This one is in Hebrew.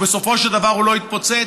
ובסופו של דבר הוא לא יתפוצץ?